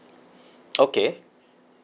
okay